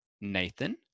Nathan